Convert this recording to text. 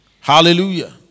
Hallelujah